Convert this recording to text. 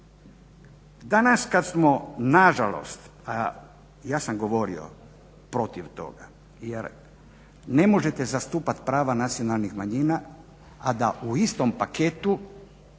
Danas kad smo nažalost ja sam govorio protiv toga, jer ne možete zastupat prava nacionalnih manjina a da u istom paketu